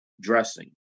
dressing